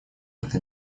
эта